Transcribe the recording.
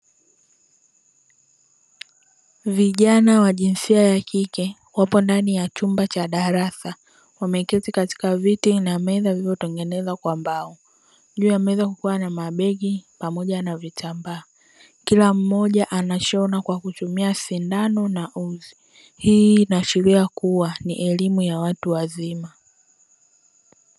Vijana wa jinsia ya kike wapo ndani ya chumba cha darasa wameketi katika viti na meza zilizo tengenezwa kwa mbao. Juu ya meza kukiwa na mabegi pamoja na vitambaa, kila mmoja anashona kwa kutumia sindano na uzi. Hii inaashiria kuwa ni elimu ya watu wazima.